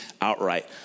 outright